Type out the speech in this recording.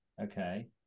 Okay